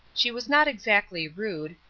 she was not exactly rude,